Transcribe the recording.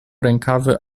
rękawy